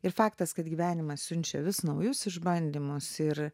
ir faktas kad gyvenimas siunčia vis naujus išbandymus ir